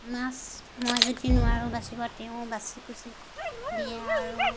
মাছ মই যদি নোৱাৰোঁ বাচিব তেওঁ বাচি কুচি দিয়ে আৰু